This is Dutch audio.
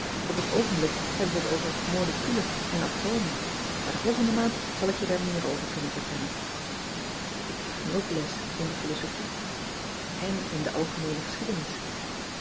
p het oogenblik hebben we het over oleculen en tomen maar de volgende maand zal ik je daar meer over kunnen vertellen k krijg nu ook les in de philosophie n in de lgemeene eschiedenis